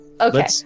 Okay